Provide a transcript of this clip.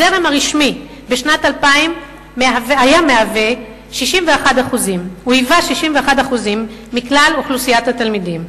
בשנת 2000 הזרם הרשמי היה 61% מכלל אוכלוסיית התלמידים.